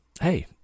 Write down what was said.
Hey